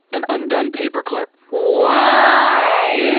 an undone paperclip. whyyy? ah,